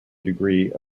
degree